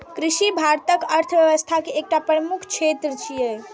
कृषि भारतक अर्थव्यवस्था के एकटा प्रमुख क्षेत्र छियै